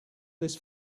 this